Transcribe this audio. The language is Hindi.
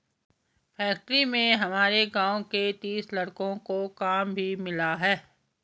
फैक्ट्री में हमारे गांव के तीस लड़कों को काम भी मिला है